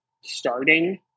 starting